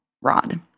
Rod